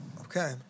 Okay